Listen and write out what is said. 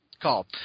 call